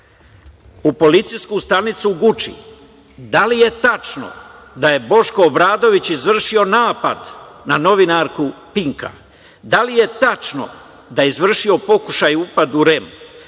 u policijsku stanicu u Guči? Da li je tačno da je Boško Obradović izvršio napad na novinarku „Pinka“? Da li je tačno da je izvršio pokušaj upada u REM?